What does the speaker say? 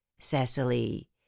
cecily